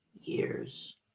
years